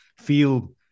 feel